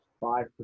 Five